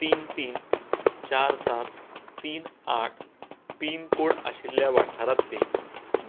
तीन तीन चार सात तीन आठ पीन कोड आशिल्ल्या वाठारांतलीं